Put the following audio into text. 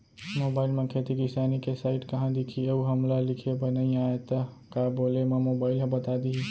Mobile म खेती किसानी के साइट कहाँ दिखही अऊ हमला लिखेबर नई आय त का बोले म मोबाइल ह बता दिही?